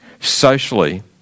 socially